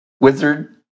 wizard